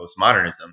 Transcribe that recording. postmodernism